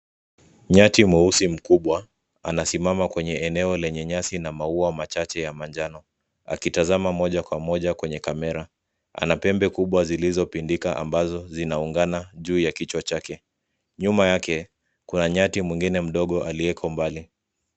Nyati mweusi mkubwa anasimama kwenye eneo lenye nyasi na maua machache ya manjano akitazama moja Kwa moja kwenye kamera. Ana Pembe kubwa zilizopindika ambazo zinaungana juu ya kichwa chake. Nyuma yake kuna nyati mwingine mdogo aliyeoko mbali.